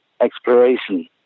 exploration